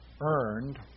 earned